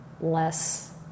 less